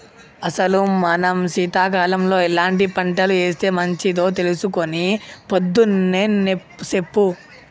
అసలు మనం సీతకాలంలో ఎలాంటి పంటలు ఏస్తే మంచిదో తెలుసుకొని పొద్దున్నే సెప్పు